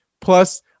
plus